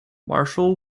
marshall